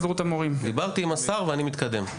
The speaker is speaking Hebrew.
דיברתי עם השר, ואני מתקדם.